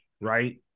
Right